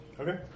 Okay